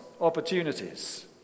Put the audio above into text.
opportunities